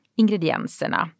ingredienserna